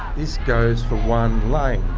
this goes for one lane,